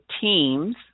teams